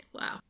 Wow